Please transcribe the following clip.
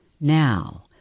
Now